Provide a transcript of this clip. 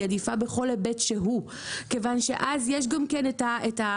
היא עדיפה בכל היבט שהוא כיוון שאז יש גם את המסירה,